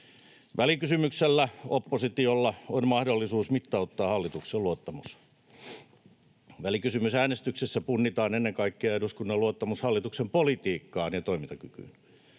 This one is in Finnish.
Välikysymyksellä oppositiolla on mahdollisuus mittauttaa hallituksen luottamus. Välikysymysäänestyksessä punnitaan ennen kaikkea eduskunnan luottamus hallituksen politiikkaan ja toimintakykyyn,